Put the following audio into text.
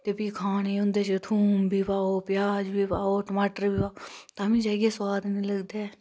ते फ्ही खाने थूम बी पाओ प्याज बी पाओ टमाटर तां बी जाइयै सुवाद नी लगदा